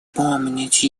помнить